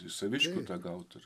iš saviškių tą gaut ar